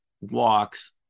walks